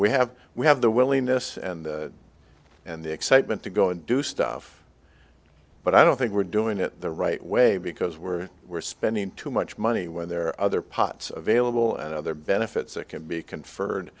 we have we have the willingness and and the excitement to go and do stuff but i don't think we're doing it the right way because we're we're spending too much money when there are other pots of ailill and other benefits that can be conferred